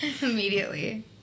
Immediately